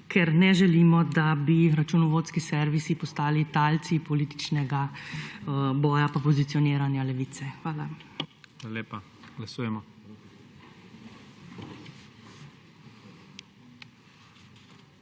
ker ne želimo, da bi računovodski servisi postali talci političnega boja pa pozicioniranja Levice. Hvala. PREDSEDNIK